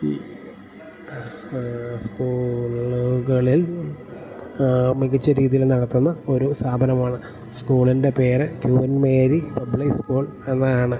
ഈ സ്കൂള് മികച്ച രീതിയില് നടത്തുന്ന ഒരു സ്ഥാപനമാണ് സ്കൂളിൻ്റെ പേര് ക്യൂൻ മേരി പബ്ലിക് സ്കൂൾ എന്നാണ്